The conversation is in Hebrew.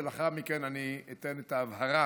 ולאחר מכן אני אתן את ההבהרה